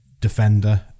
defender